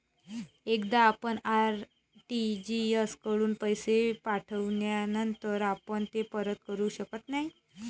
एकदा आपण आर.टी.जी.एस कडून पैसे पाठविल्यानंतर आपण ते परत करू शकत नाही